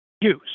use